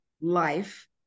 life